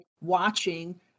watching